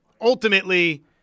Ultimately